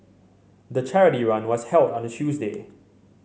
the charity run was held on a Tuesday